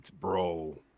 Bro